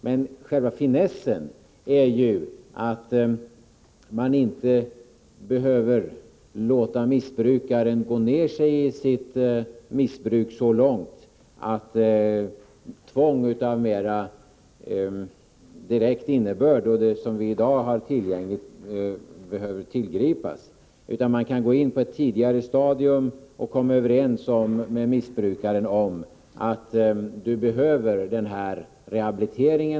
Men själva finessen är ju att man inte behöver låta missbrukaren gå ner sig i sitt missbruk så långt att tvång av mera direkt innebörd, det som vi i dag har tillgängligt, behöver tillgripas utan att man kan gå in på ett tidigare stadium och komma överens med missbrukaren om att han eller hon behöver denna rehabilitering.